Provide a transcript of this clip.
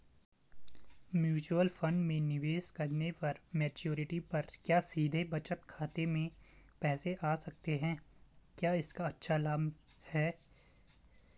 Mutual fund में निवेश करने पर मैच्योरिटी पर क्या सीधे बचत खाते में पैसे आ सकते हैं क्या इसका अच्छा लाभ है?